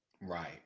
Right